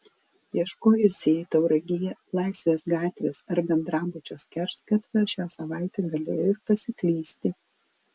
ieškojusieji tauragėje laisvės gatvės ar bendrabučio skersgatvio šią savaitę galėjo ir pasiklysti